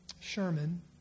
Sherman